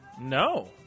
No